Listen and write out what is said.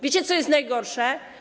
Wiecie, co jest najgorsze?